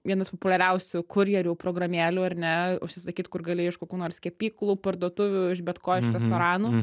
vienas populiariausių kurjerių programėlių ar ne užsisakyt kur gali iš kokių nors kepyklų parduotuvių iš bet ko iš restoranų